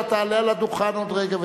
אתה תעלה על הדוכן עוד רגע,